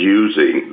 using